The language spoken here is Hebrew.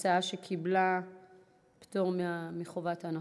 הצעה שקיבלה פטור מחובת הנחה.